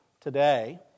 today